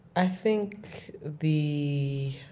i think the